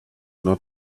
not